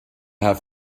have